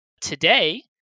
Today